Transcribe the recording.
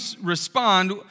respond